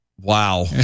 Wow